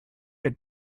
had